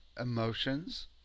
emotions